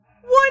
one